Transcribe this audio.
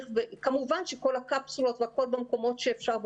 כמובן שכל הקפסולות במקומות שאפשר,